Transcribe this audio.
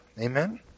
Amen